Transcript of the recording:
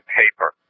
paper